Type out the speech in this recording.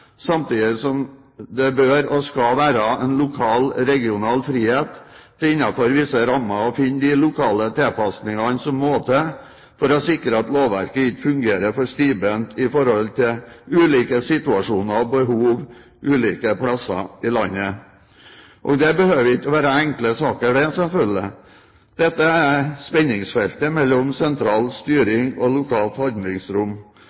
samtidig som det bør og skal være en lokal/regional frihet til innenfor visse rammer å finne de lokale tilpasningene som må til for å sikre at lovverket ikke fungerer for stivbent i forhold til ulike situasjoner og behov ulike steder i landet. Og dette behøver selvfølgelig ikke å være enkle saker. Dette er spenningsfeltet mellom sentral